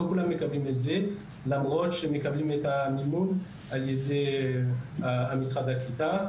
לא כולם מקבלים את זה למרות שמקבלים את המימון על ידי משרד הקליטה.